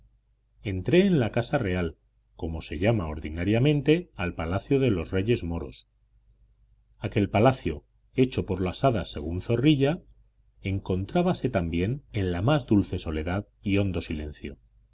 entré en la casa real como se llama ordinariamente al palacio de los reyes moros aquel palacio hecho por las hadas según zorrilla encontrábase también en la más dulce soledad y hondo silencio